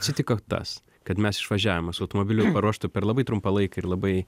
atsitiko tas kad mes išvažiavome su automobiliu paruoštu per labai trumpą laiką ir labai